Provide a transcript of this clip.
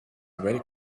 very